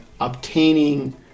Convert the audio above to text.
obtaining